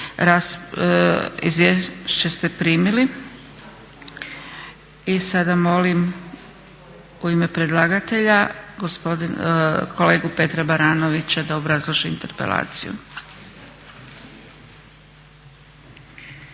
Izvješće ste primili. I sada molim u ime predlagatelja kolegu Petra Baranovića da obrazloži interpelaciju.